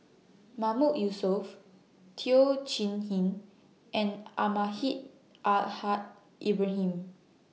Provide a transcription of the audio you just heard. Mahmood Yusof Teo Chee Hean and Almahdi Al Haj Ibrahim